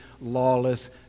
lawless